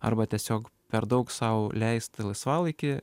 arba tiesiog per daug sau leisti laisvalaikį